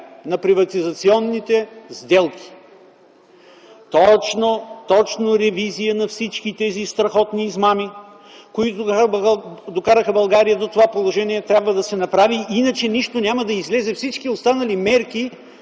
на приватизационните сделки!”. Точно ревизия на всички тези страхотни измами, които докараха България до това положение, трябва да се направи. Иначе нищо няма да излезе от всички останали мерки.